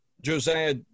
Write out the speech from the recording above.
Josiah